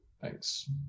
Thanks